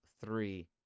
three